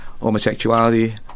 homosexuality